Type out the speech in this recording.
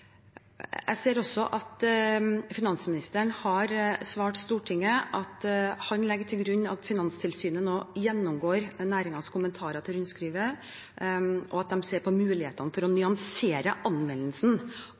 Jeg ser også at finansministeren har svart Stortinget at han legger til grunn at Finanstilsynet nå gjennomgår næringens kommentarer til rundskrivet, og at de ser på mulighetene for å